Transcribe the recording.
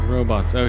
Robots